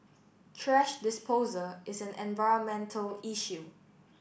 thrash disposal is an environmental issue